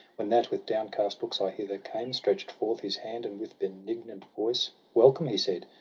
when that with downcast looks i hither came, stretch'd forth his hand, and with benignant voice, welcome, he said,